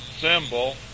symbol